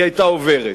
היא היתה עוברת,